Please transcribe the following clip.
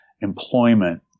employment